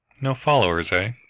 no followers, ah?